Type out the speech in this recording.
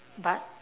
but